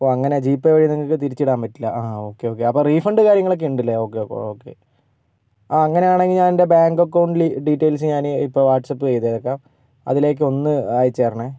ഓ അങ്ങനെ G Pay വഴി നിങ്ങൾക്ക് തിരിച്ചിടാൻ പറ്റില്ല ആ ഓക്കെ ഓക്കെ അപ്പം റീഫണ്ട് കാര്യങ്ങളൊക്കെ ഉണ്ട് അല്ലേ ഓക്കെ അപ്പം ഓക്കെ ആ അങ്ങനെ ആണെങ്കിൽ ഞാൻ എൻ്റെ ബാങ്ക് അക്കൗണ്ടിൽ ഡീറ്റെയിൽസ് ഞാൻ ഇപ്പം വാട്ട്സ്ആപ്പ് ചെയ്തേക്കാം അതിലേക്ക് ഒന്ന് അയച്ചുതരണേ